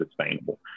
sustainable